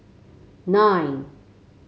nine